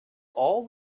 all